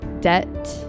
debt